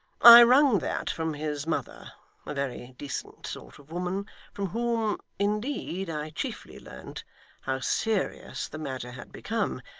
i wrung that from his mother a very decent sort of woman from whom, indeed, i chiefly learnt how serious the matter had become,